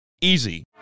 easy